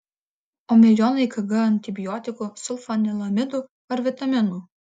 o milijonai kg antibiotikų sulfanilamidų ar vitaminų